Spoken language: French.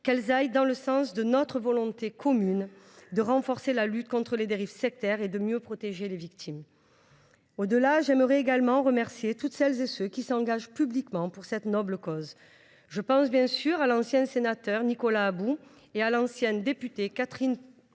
qu’elles aillent dans le bon sens, celui de notre volonté commune de renforcer la lutte contre les dérives sectaires et de mieux protéger les victimes. Au delà de ces considérations, je souhaiterais également remercier toutes celles et tous ceux qui s’engagent publiquement en faveur de cette noble cause. Je pense bien sûr à l’ancien sénateur Nicolas About et à l’ancienne députée Catherine Picard,